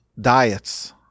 diets